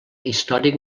històric